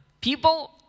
people